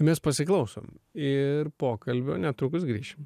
mes pasiklausom ir pokalbio netrukus grįšime